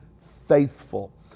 faithful